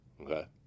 Okay